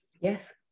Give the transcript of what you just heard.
yes